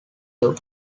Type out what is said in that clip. door